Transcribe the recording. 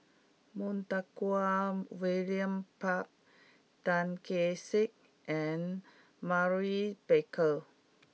Montague William Pett Tan Kee Sek and Maurice Baker